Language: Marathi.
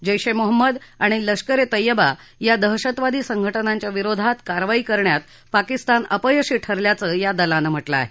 जध्य ए मोहमद आणि लष्कर ए तय्यबा या दहशतवादी संघटनाच्या विरोधात कारवाई करण्यात पाकिस्तान अपयशी ठरल्याचं या दलानं म्हटलं आहे